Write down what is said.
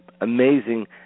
amazing